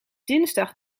dinsdag